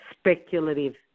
speculative